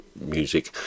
music